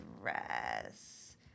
dress